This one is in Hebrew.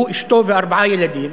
הוא, אשתו וארבעה ילדים,